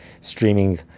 streaming